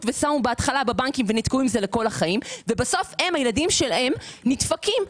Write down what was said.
ושמו בהתחלה בבנקים ונתקעו עם זה לכל החיים ובסוף הילדים שלהם נדפקים.